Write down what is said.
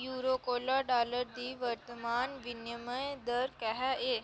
euro कोला dollar दी वर्तमान विनिमय दर केह् ऐ